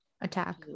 attack